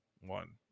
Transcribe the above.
one